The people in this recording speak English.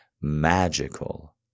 magical